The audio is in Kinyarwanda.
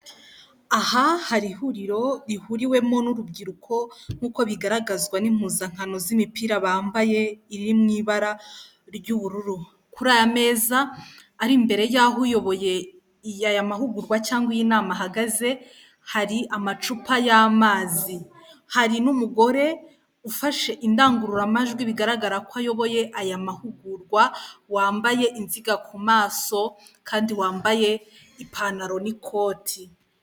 Aha hari ihuriro rihuriwemo n'urubyiruko nk'uko bigaragazwa n'impuzankano z'imipira bambaye iri mu ibara ry'ubururu, kuri aya meza ari imbere y'aho uyoboye aya mahugurwa cyangwa iyi inama ahagaze hari amacupa y'amazi, hari n'umugore ufashe indangururamajwi bigaragara ko ayoboye aya mahugurwa wambaye inziga ku maso kandi wambaye ipantaro n'ikote.